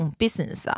business